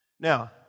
Now